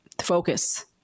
focus